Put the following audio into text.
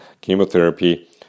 chemotherapy